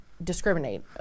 discriminate